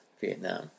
Vietnam